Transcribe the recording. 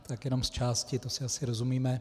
Tak jenom zčásti, to si asi rozumíme.